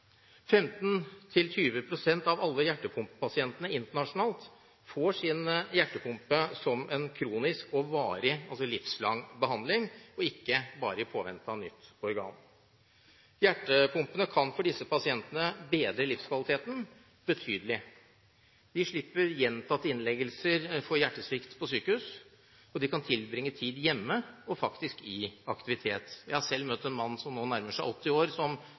av alle hjertepumpepasientene internasjonalt får sin hjertepumpe som en kronisk og varig, altså livslang, behandling, og ikke bare i påvente av et nytt organ. Hjertepumpene kan for disse pasientene bedre livskvaliteten betydelig. De slipper gjentatte innleggelser på sykehus på grunn av hjertesvikt, og de kan tilbringe tid hjemme, faktisk i aktivitet. Jeg har selv møtt en mann som nå nærmer seg 80 år,